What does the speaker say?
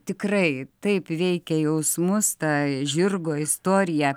tikrai taip veikia jausmus ta žirgo istorija